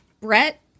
Brett